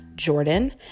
Jordan